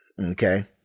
okay